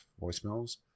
voicemails